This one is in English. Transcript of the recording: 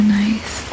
nice